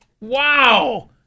Wow